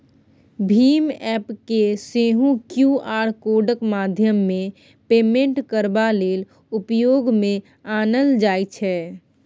भीम app केँ सेहो Q R कोडक माध्यमेँ पेमेन्ट करबा लेल उपयोग मे आनल जाइ छै